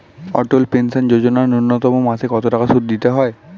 অটল pension Yojana ন্যূনতম মাসে কত টাকা সুধ দিতে হয়?